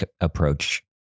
approach